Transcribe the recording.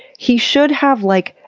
he should have, like,